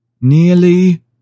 Nearly